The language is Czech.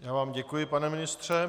Já vám děkuji, pane ministře.